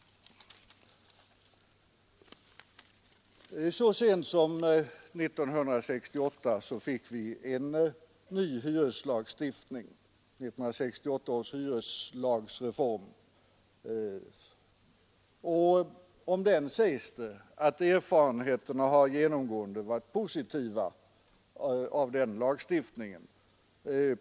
Så sent som 1968 fick vi en ny hyreslagstiftning, 1968 års hyreslagsreform. Om den sägs det att erfarenheterna genomgående har varit positiva.